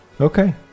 Okay